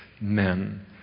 men